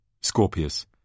Scorpius